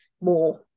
more